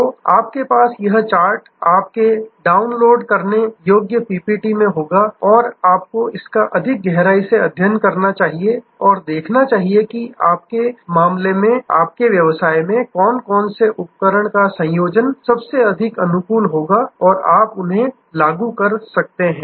तो आपके पास यह चार्ट आपके डाउनलोड करने योग्य पीपीटी में होगा और आपको इसका अधिक गहराई से अध्ययन करना चाहिए और देखना चाहिए कि आपके मामले में आपके व्यवसाय में कौन से उपकरण का संयोजन सबसे अधिक अनुकूल होगा और आप उन्हें लागू कर सकते हैं